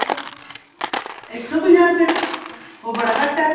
इक्क सौ पंजाह् रपे ओह् बड़ा घट्ट ऐ